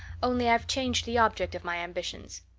only, i've changed the object of my ambitions.